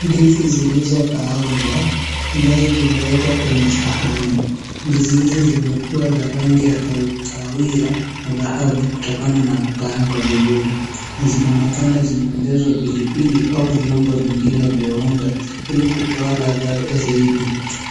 Ndizi zilizokaangwa ambazo zimewekwa kwenye sahani. Ndizi hizi zimekuwa za rangi ya kahawia ya dhahabu kutokana na kukaangwa vizuri. Zinaonekana zimeongezwa pilipili au viungo vingine vya unga ili kutoa ladha zaidi.